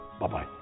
Bye-bye